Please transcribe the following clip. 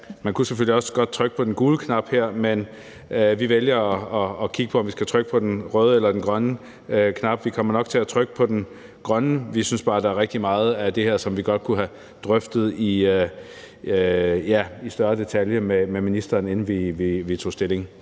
Man kunne selvfølgelig godt trykke på den gule knap her, men vi vælger at kigge på, om vi skal trykke på den røde eller den grønne knap. Vi kommer nok til at trykke på den grønne knap. Vi synes bare, at der er rigtig meget af det her, som vi godt kunne have drøftet mere detaljeret med ministeren, inden vi skulle tage stilling.